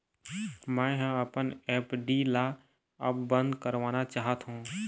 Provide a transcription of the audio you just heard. मै ह अपन एफ.डी ला अब बंद करवाना चाहथों